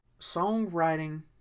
Songwriting